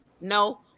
no